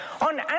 On